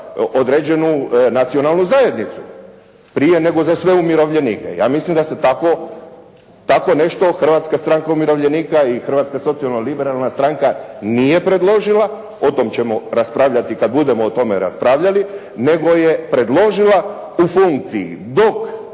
određenu nacionalnu zajednicu prije nego za sve umirovljenike. Ja mislim da se tako nešto Hrvatska stranka umirovljenika i Hrvatska socijalno-liberalna stranka nije predložila. O tom ćemo raspravljati kad budemo o tome raspravljali, nego je predložila u funkciji